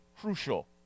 crucial